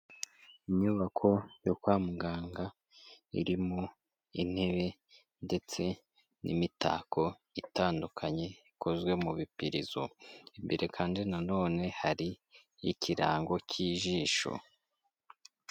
Inyubako yo kwa muganga irimo intebe ndetse n'imitako itandukanye ikozwe mu bipirizo, imbere kandi nanone hari' ikirango cy'ijisho.